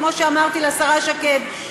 כמו שאמרתי לשרה שקד,